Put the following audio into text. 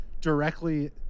directly